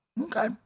Okay